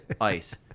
ice